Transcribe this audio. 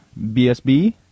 BSB